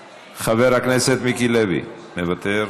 מוותר.